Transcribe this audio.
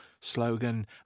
slogan